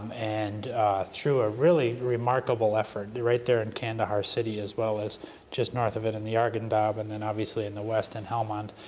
and through a really remarkable effort, right there in kandahar city as well as just north of it in the argendob and then obviously in the west in and helmond,